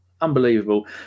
Unbelievable